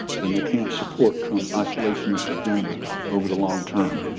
then they can't support trump's isolationist agenda over the long term.